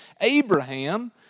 Abraham